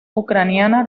ucraniana